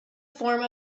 form